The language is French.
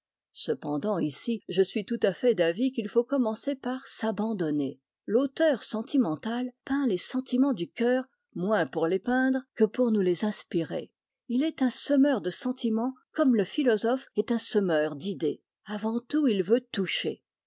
cependant ici je suis tout à fait d'avis qu'il faut commencer par s'abandonner l'auteur sentimental peint les sentiments du cœur moins pour les peindre que pour nous les inspirer il est un semeur de sentiments comme le philosophe est un semeur d'idées avant tout il veut toucher